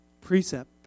Precept